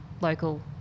local